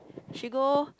she go